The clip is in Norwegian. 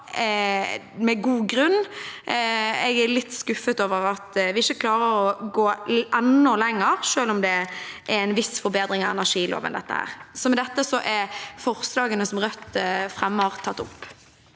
Jeg er litt skuffet over at vi ikke klarer å gå enda lenger, selv om dette er en viss forbedring av energiloven. Med dette er forslagene fra Rødt og SV tatt opp.